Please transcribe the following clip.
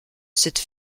cette